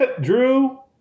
Drew